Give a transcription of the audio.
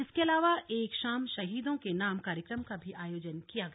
इसके अलावा एक शाम शहीदों के नाम कार्यक्रम का भी आयोजन किया गया